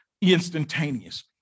instantaneously